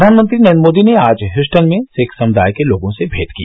प्रधानमंत्री नरेन्द्र मोदी ने आज ह्यूस्टन में सिख समुदाय के लोगों से भेंट की